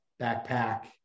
backpack